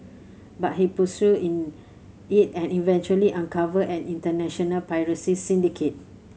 but he pursued in it and eventually uncovered an international piracy syndicate